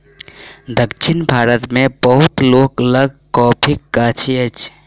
दक्षिण भारत मे बहुत लोक लग कॉफ़ीक गाछी अछि